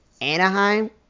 Anaheim